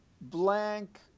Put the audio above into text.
blank